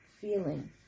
feeling